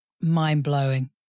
Mind-blowing